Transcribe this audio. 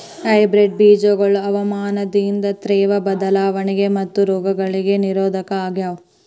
hybrid ಬೇಜಗೊಳ ಹವಾಮಾನದಾಗಿನ ತೇವ್ರ ಬದಲಾವಣೆಗಳಿಗ ಮತ್ತು ರೋಗಗಳಿಗ ನಿರೋಧಕ ಆಗ್ಯಾವ